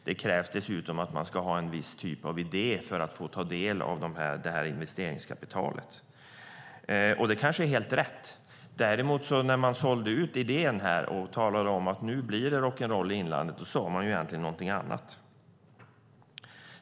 Det krävs dessutom att de ska ha en viss typ av idé för att få ta del av detta investeringskapital. Det kanske är helt rätt. Men när man sålde ut idén och talade om att det skulle bli rock'n'roll i inlandet sade man egentligen någonting annat.